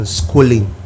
schooling